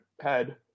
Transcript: head